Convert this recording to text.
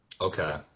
Okay